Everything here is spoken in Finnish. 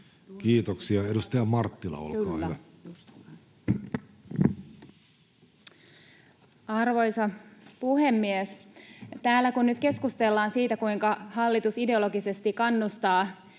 Time: 15:48 Content: Arvoisa puhemies! Täällä kun nyt keskustellaan siitä, kuinka hallitus ideologisesti kannustaa